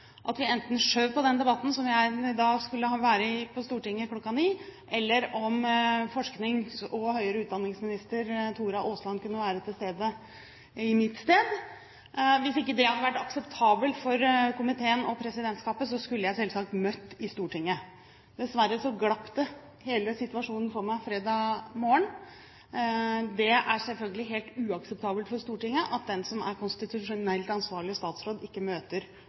at vi enten skjøv på den debatten jeg skulle vært med på i Stortinget kl. 9, eller om forsknings- og høyere utdanningsminister Tora Aasland kunne være til stede i mitt sted. Hvis ikke det hadde vært akseptabelt for komiteen og presidentskapet, skulle jeg selvsagt møtt i Stortinget. Dessverre glapp hele situasjonen for meg fredag morgen. Det er selvfølgelig helt uakseptabelt for Stortinget at den som er konstitusjonelt ansvarlig statsråd, ikke møter